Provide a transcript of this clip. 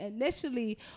initially